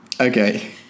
Okay